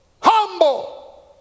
humble